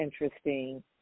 interesting